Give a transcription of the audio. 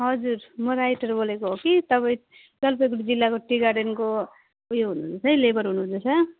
हजुर म राइटर बोलेको हो कि तपाईँ जलपाइगढी जिल्लाको टी गार्डनको उयो हुनुहुन्छ है लेबर हुनुहुंँदो रहेछ है